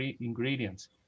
ingredients